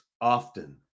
often